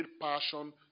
passion